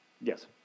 Yes